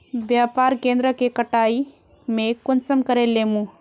व्यापार केन्द्र के कटाई में कुंसम करे लेमु?